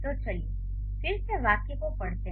तो चलिए फिर से वाक्य पढ़ते हैं